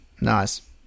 nice